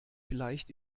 vielleicht